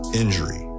injury